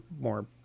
more